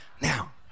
Now